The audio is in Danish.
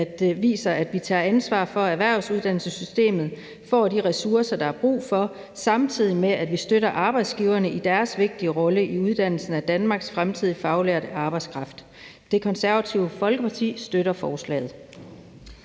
viser, at vi tager ansvar for, at erhvervsuddannelsessystemet får de ressourcer, der er brug for, samtidig med at vi støtter arbejdsgiverne i deres vigtige rolle i uddannelsen af Danmarks fremtidige faglærte arbejdskraft. Det Konservative Folkeparti støtter forslaget.